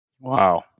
Wow